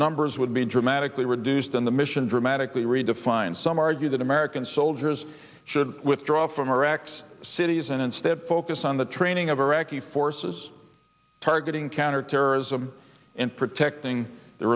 numbers would be dramatically reduced and the mission dramatically redefined some argue that american soldiers should withdraw from our acts cities and instead focus on the training of iraqi forces targeting counterterrorism and protecting the